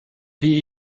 wie